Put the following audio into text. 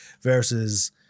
versus